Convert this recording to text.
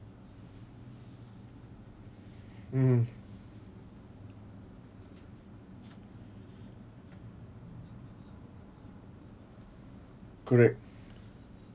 mmhmm correct